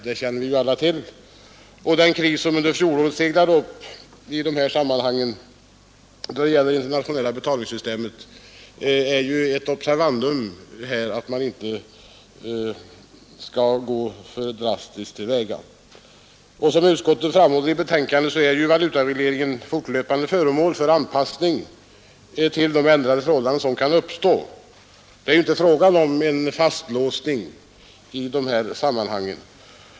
Det känner vi alla till. Den kris som under fjolåret seglade upp i fråga om det internationella betalningssystemet är ju ett observandum för att man inte skall gå för drastiskt till väga. Som utskottet framhåller i betänkandet är valutaregleringen fortlöpande föremål för anpassning efter de ändrade förhållanden som kan uppstå. Det är inte fråga om en fastlåsning i de här sammanhangen.